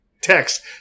text